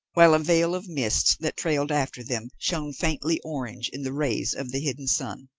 while a veil of mist that trailed after them shone faintly orange in the rays of the hidden sun.